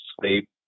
sleep